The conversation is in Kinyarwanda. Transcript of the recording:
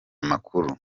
makuru